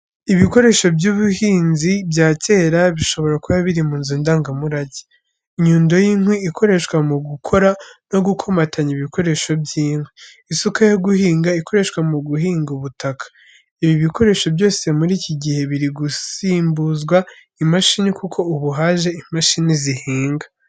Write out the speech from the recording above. Ibikoresho by’ubuhinzi bya kera, bishobora kuba biri mu nzu ndangamurage. Inyundo y’inkwi ikoreshwa mu gukora no gukomatanya ibikoresho by’inkwi. Isuka yo guhinga ikoreshwa mu guhinga ubutaka. Ibi bikoresho byose muri iki gihe biri gusimbuzwa imashini kuko ubu haje imashini zihinga.